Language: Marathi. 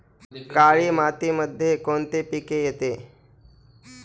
काळी मातीमध्ये कोणते पिके येते?